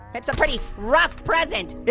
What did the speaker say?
it's a pretty rough present.